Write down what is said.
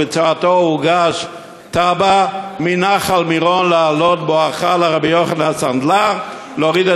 שהרי הוגשה תב"ע לדרך שתעלה מנחל-מירון בואכה רבי יוחנן הסנדלר,